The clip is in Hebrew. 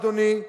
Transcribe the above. אדוני,